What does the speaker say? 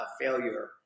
failure